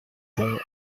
pont